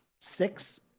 six